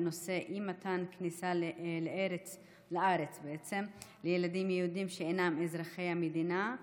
בנושא: אי-מתן כניסה לארץ לילדים יהודים שאינם אזרחי המדינה,